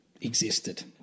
existed